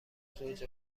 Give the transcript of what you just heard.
زوج